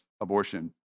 abortion